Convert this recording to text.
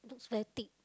looks very thick